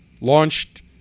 launched